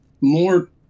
more